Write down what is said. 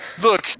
Look